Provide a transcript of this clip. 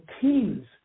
teams